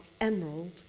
emerald